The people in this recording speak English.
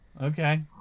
Okay